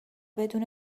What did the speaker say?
بدون